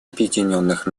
объединенных